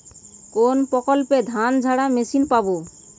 কোনপ্রকল্পে ধানঝাড়া মেশিন পাব?